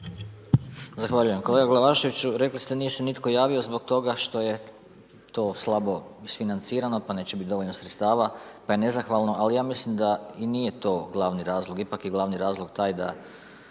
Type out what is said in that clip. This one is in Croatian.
Zahvaljujem kolega Glavašević, rekli ste, nije se nitko javio, zbog toga što je to slabo isfinancirano, pa neće biti dovoljno sredstava, pa je nezahvalno, ali ja mislim da i nije to glavni razlog, ipak je glavni razlog, taj da